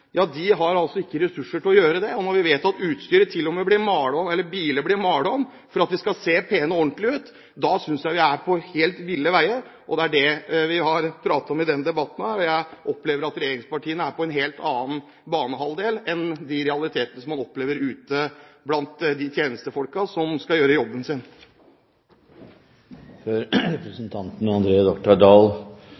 har ressurser til å gjøre det. Og når vi vet at biler til og med blir malt om for at de skal se pene og ordentlige ut, synes jeg vi er på helt ville veier. Det er det vi har snakket om i denne debatten, og jeg opplever at regjeringspartiene er på en helt annen banehalvdel enn de realitetene som man opplever ute blant de tjenestefolkene som skal gjøre jobben sin. Før